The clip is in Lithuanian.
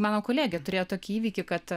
mano kolegė turėjo tokį įvykį kad